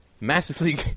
massively